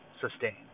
sustained